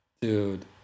dude